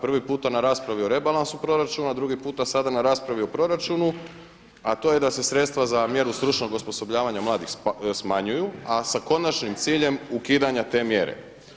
Prvi puta na raspravi o rebalansu proračuna, drugi puta sada na raspravi o proračunu a to je da se sredstva za mjeru stručnog osposobljavanja mladih smanjuju a sa konačnim ciljem ukidanja ta mjere.